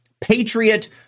patriot